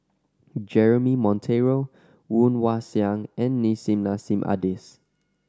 Jeremy Monteiro Woon Wah Siang and Nissim Nassim Adis